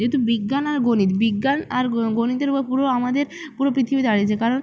যেহেতু বিজ্ঞান আর গণিত বিজ্ঞান আর গণিতের উপর পুরো আমাদের পুরো পৃথিবী দাঁড়িয়ে আছে কারণ